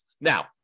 Now